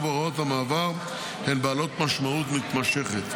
בהוראות המעבר הן בעלות משמעות מתמשכת.